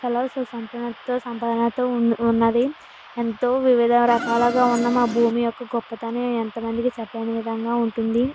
చాలా సుసంపన్నతో ఎంతో సంపదనతో ఉన్న ఉన్నది ఎంతో వివిధ రకాలుగా ఉన్న మా భూమి యొక్క గొప్పతనాన్ని ఎంతోమందికి చెప్పలేని విధంగా ఉంటుంది